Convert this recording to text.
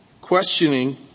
questioning